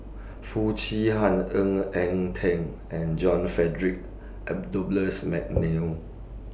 Foo Chee Han Ng Eng Teng and John Frederick Mcnair